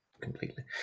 completely